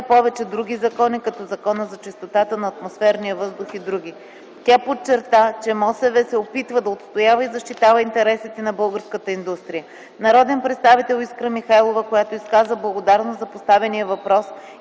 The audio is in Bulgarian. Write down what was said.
повече други закони, като Закона за чистотата на атмосферния въздух и други. Тя подчерта, че Министерството на околната среда и водите се опитва да отстоява и защитава интересите на българската индустрия; народният представител Искра Михайлова, която изказа благодарност за поставения въпрос